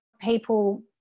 people